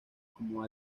como